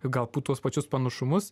galbūt tuos pačius panašumus